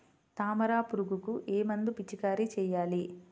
తామర పురుగుకు ఏ మందు పిచికారీ చేయాలి?